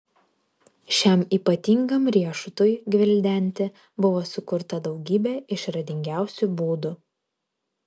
šiam ypatingam riešutui gvildenti buvo sukurta daugybė išradingiausių būdų